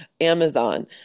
Amazon